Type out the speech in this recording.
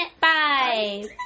bye